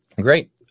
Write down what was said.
Great